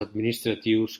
administratius